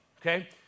okay